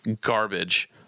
garbage